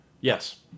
Yes